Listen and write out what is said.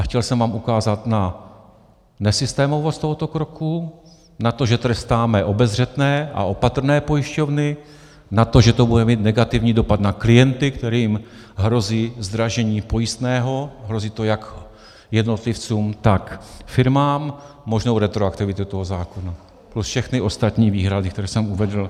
Chtěl jsem vám ukázat na nesystémovost tohoto kroku, na to, že trestáme obezřetné a opatrné pojišťovny, na to, že to bude mít negativní dopad na klienty, kterým hrozí zdražení pojistného, hrozí to jak jednotlivcům, tak firmám, možnou retroaktivitu toho zákona, plus všechny ostatní výhrady, které jsem uvedl.